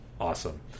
awesome